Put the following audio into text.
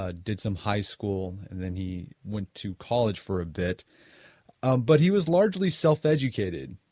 ah did some high school and then he went to college for a bit um but he was largely self-educated.